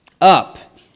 Up